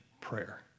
prayer